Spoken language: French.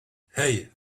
hey